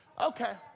Okay